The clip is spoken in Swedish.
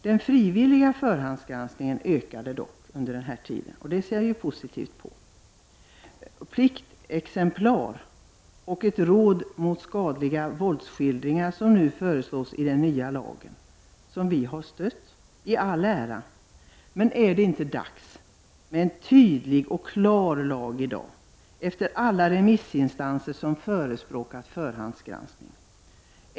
Den frivilliga förhandsgranskningen ökade dock under den här tiden, och det ser jag positivt på. Pliktexemplar och ett råd mot skadliga våldsskildringar, vilket nu föreslås i nya lagen, har vi stött i all ära. Men är det inte dags med en tydlig och klar lag i dag efter alla remissinstanser som har förespråkat förhandsgranskning?